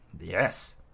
Yes